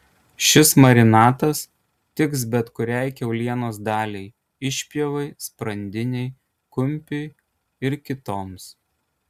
šis marinatas tiks bet kuriai kiaulienos daliai išpjovai sprandinei kumpiui ir kitoms